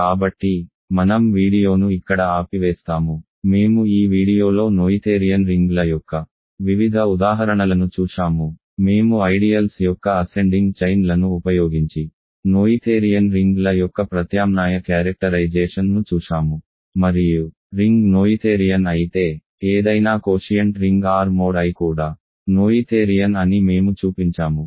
కాబట్టి మనం వీడియోను ఇక్కడ ఆపివేస్తాము మేము ఈ వీడియోలో నోయిథేరియన్ రింగ్ల యొక్క వివిధ ఉదాహరణలను చూశాము మేము ఐడియల్స్ యొక్క అసెండింగ్ చైన్ లను ఉపయోగించి నోయిథేరియన్ రింగ్ల యొక్క ప్రత్యామ్నాయ క్యారెక్టరైజేషన్ను చూశాము మరియు రింగ్ నోయిథేరియన్ అయితే ఏదైనా quotient ring R mod I కూడా నోయిథేరియన్ అని మేము చూపించాము